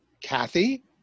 Kathy